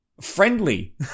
friendly